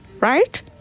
right